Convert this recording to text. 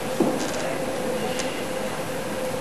התשע"א 2010,